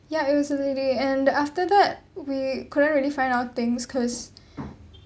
ya it was a lady and after that we couldn't really find our things cause